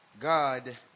God